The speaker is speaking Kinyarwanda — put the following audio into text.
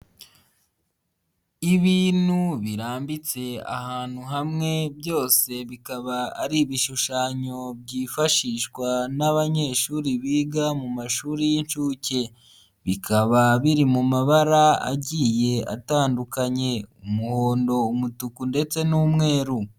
Ibintu birambitse ahantu hamwe byose bikaba ari ibishushanyo byifashishwa n'abanyeshuri biga mu mashuri y'inshuke, bikaba biri mu mabara agiye atandukanye, umuhondo, umutuku ndetse n'umweru.